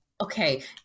okay